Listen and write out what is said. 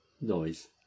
noise